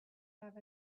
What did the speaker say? have